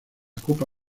copa